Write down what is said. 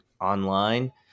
online